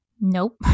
Nope